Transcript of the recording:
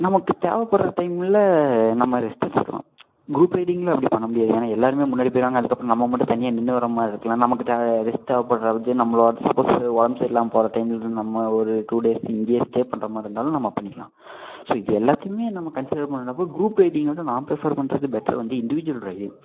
நமக்கு தேவைப்படுற டைமில் நம்ம ரெஸ்ட்டு எடுத்துக்கலாம் குரூப் ரைடிங்கில் அப்படி பண்ண முடியாது ஏன்னால் எல்லாேருமே முன்னாடி போயிடுவாங்க அதுக்கு அப்புறம் நம்ம மட்டும் தனியாக நின்று வர்ற மாதிரி இருக்கலாம் நமக்கு ரெஸ்டு தேவைப்படுற இது நம்மளோட சப்போஸ் உடம்பு சரி இல்லாமல் போகிற டைமில் நம்ம ஒரு டூ டேஸ் இங்கேயே ஸ்டே பண்ணுற மாதிரி இருந்தாலும் நம்ம பண்ணிக்கலாம் ஸோ இது எல்லாத்தையுமே நம்ம கன்சிடர் பண்ணுறப்போ குரூப் ரைடிங்கை விட நான் ப்ரிஃபேர் பண்ணுறது பெட்டர் வந்து இண்டிவிஜுவல் ரைடிங்